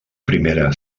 primera